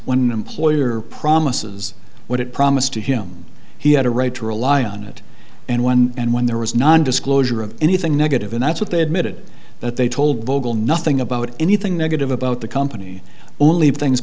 when an employer promises what it promised to him he had a right to rely on it and when and when there was non disclosure of anything negative and that's what they admitted that they told vogel nothing about anything negative about the company only of things